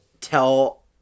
tell